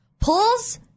Pulls